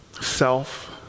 Self